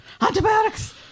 Antibiotics